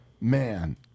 Man